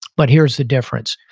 but here's the difference,